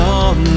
on